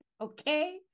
okay